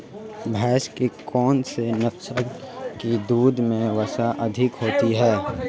भैंस की कौनसी नस्ल के दूध में वसा अधिक होती है?